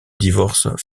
divorce